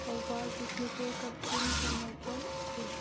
Thoubal Bishnupur Kakching Tengnoupal Ukhrul